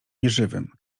nieżywym